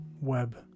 web